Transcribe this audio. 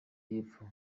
y’epfo